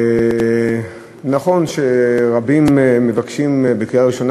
נכון שרבים מבקשים בדיון בקריאה ראשונה